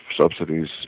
subsidies